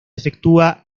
efectúa